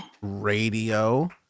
radio